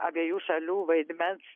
abiejų šalių vaidmens